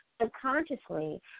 subconsciously